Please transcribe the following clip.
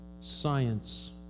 science